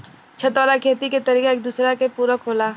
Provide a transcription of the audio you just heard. छत वाला खेती के तरीका एक दूसरा के पूरक होला